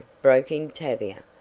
broke in tavia.